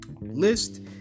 list